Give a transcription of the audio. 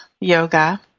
yoga